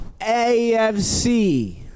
AFC